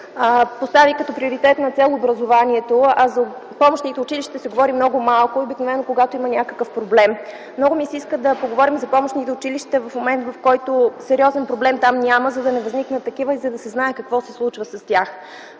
постави като приоритетна цел образованието. За помощните училища се говори много малко, обикновено когато има някакъв проблем. Много ми се иска да поговорим за помощните училища в момент, когато там няма сериозен проблем, за да не възникнат такива и да се знае какво се случва с тях.